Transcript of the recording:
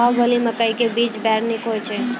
बाहुबली मकई के बीज बैर निक होई छै